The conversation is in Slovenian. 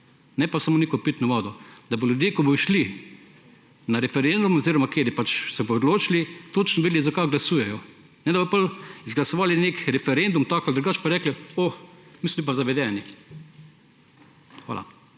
ne pa samo neko pitno vodo, da bodo ljudje, ko bodo šli na referendum oziroma tisti, ki se bodo odločili, točno vedeli, za kaj glasujejo. Ne, da bodo potem izglasovali nek referendum, tak ali pa drugačen, pa rekli, da so bili pa zavedeni. Hvala.